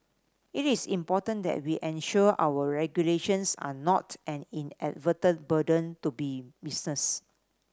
it is important that we ensure our regulations are not an inadvertent burden to be business